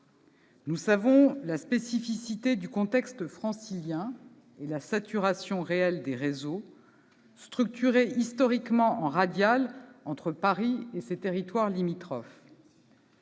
tous la spécificité du contexte francilien et la saturation réelle des réseaux, structurés historiquement en radiale entre Paris et ses territoires limitrophes.